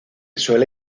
suele